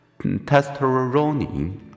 testosterone